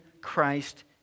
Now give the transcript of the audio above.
Christ